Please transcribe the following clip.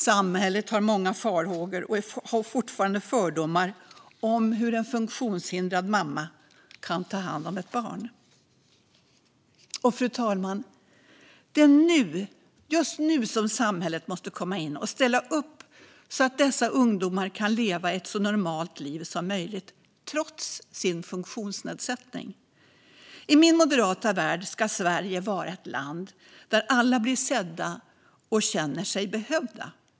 Samhället har många farhågor och fortfarande fördomar om hur en funktionshindrad mamma kan ta hand om ett barn. Fru talman! Det är nu, just nu, samhället måste komma in och ställa upp så att dessa ungdomar kan leva ett så normalt liv som möjligt trots sin funktionsnedsättning. I min moderata värld ska Sverige vara ett land där alla blir sedda och känner sig behövda.